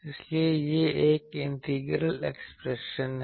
इसलिए यह एक इंटीग्रल इक्वेशन है